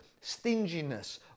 stinginess